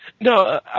No